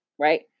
Right